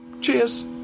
Cheers